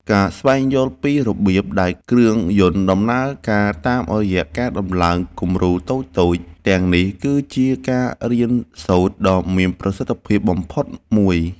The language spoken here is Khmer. ការស្វែងយល់ពីរបៀបដែលគ្រឿងយន្តដំណើរការតាមរយៈការដំឡើងគំរូតូចៗទាំងនេះគឺជាការរៀនសូត្រដ៏មានប្រសិទ្ធភាពបំផុតមួយ។